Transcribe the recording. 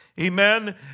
amen